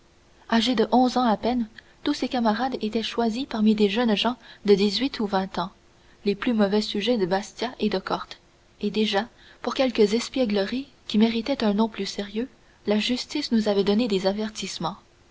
âgé de onze ans à peine tous ses camarades étaient choisis parmi des jeunes gens de dix-huit ou vingt ans les plus mauvais sujets de bastia et de corte et déjà pour quelques espiègleries qui méritaient un nom plus sérieux la justice nous avait donné des avertissements